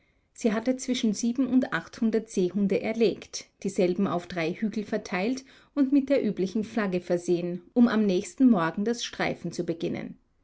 sie hatte zwischen sieben und achthundert seehunde erlegt dieselben auf drei hügel verteilt und mit der üblichen flagge versehen um am nächsten morgen das streifen zu beginnen